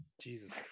jesus